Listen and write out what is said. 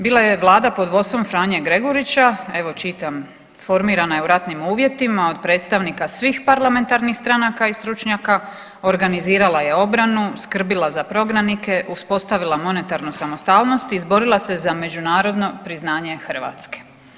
Bila je Vlada pod vodstvom Franje Gregurića, evo čitam formirana je u ratnim uvjetima od predstavnika svih parlamentarnih stranaka i stručnjaka, organizirala je obranu, skrbila za prognanike, uspostavila monetarnu samostalnost i izborila se za međunarodno priznanje Hrvatske.